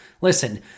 Listen